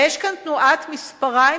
ויש כאן תנועת מספריים,